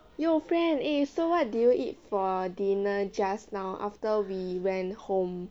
yo friend eh so what did you eat for dinner just now after we went home